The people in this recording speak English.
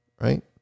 right